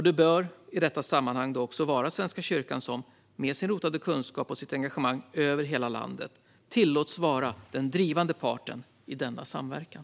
Det kan i detta sammanhang sägas att Svenska kyrkan med sin rotade kunskap och sitt engagemang över hela landet bör tillåtas vara den drivande parten i denna samverkan.